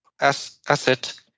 asset